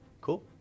Cool